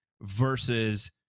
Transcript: versus